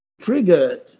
triggered